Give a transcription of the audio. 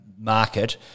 market